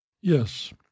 Yes